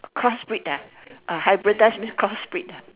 cross breed ah uh hybridise means cross breed ah